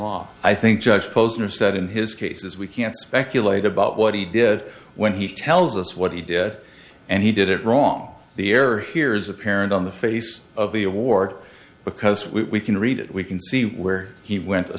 law i think judge posner said in his cases we can't speculate about what he did when he tells us what he did and he did it wrong the error here is apparent on the face of the award because we can read it we can see where he went